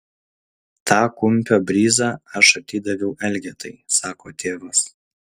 tą kumpio bryzą aš atidaviau elgetai sako tėvas